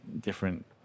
different